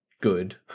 good